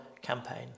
campaign